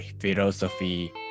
philosophy